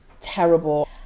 terrible